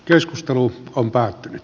keskustelu on päättynyt